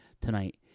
tonight